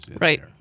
Right